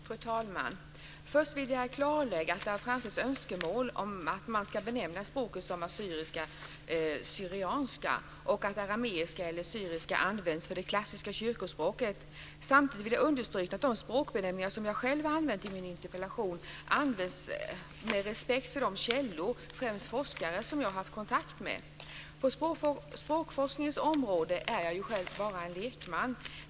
Fru talman! Först vill jag klarlägga att det framför allt finns önskemål om att man ska benämna språket som assyrisk/syrianska och att arameiska eller syriska ska användas för det klassiska kyrkospråket. Samtidigt vill jag understryka att de språkbenämningar som jag själv använt i min interpellation används med respekt för de källor, främst forskare, som jag har haft kontakt med. På språkforskningens område är jag själv bara en lekman.